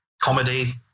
comedy